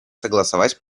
согласовать